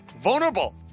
vulnerable